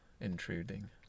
intruding